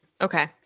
okay